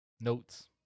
notes